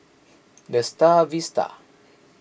the Star Vista